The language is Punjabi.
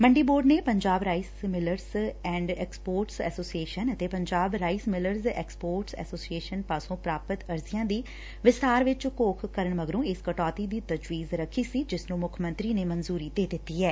ਮੰਡੀ ਬੋਰਡ ਨੇ Punjab rice millers and exporters association ਅਤੇ Punjab rice millers exporters association ਪਾਸੋਂ ਪੁਾਪਤ ਅਰਜ਼ੀਆਂ ਦੀ ਵਿਸਬਾਰ ਚ ਘੋਖ ਕਰਨ ਮਗਰੋਂ ਇਸ ਕਟੌਤੀ ਦੀ ਤਜ਼ਵੀਜ਼ ਰਖੀ ਸੀ ਜਿਸ ਨੁੰ ਮੁੱਖ ਮੰਤਰੀ ਨੇ ਮਨਜੁਰੀ ਦੇ ਦਿੱਤੀ ਏ